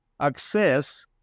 access